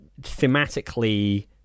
thematically